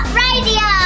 radio